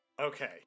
Okay